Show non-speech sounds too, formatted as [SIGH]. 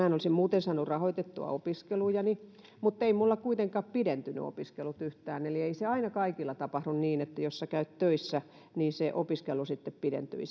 [UNINTELLIGIBLE] en olisi muuten saanut rahoitettua opiskelujani mutta eivät minulla kuitenkaan opiskelut pidentyneet yhtään eli ei se aina kaikilla tapahdu niin että jos käy työssä niin opiskelu sitten pidentyy [UNINTELLIGIBLE]